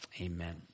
amen